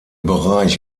bereich